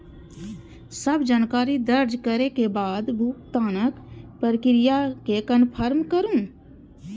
सब जानकारी दर्ज करै के बाद भुगतानक प्रक्रिया कें कंफर्म करू